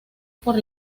por